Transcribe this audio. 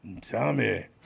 Tommy